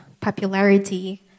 popularity